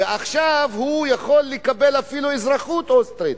ועכשיו הוא יכול לקבל אפילו אזרחות אוסטרית.